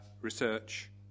research